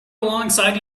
alongside